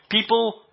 people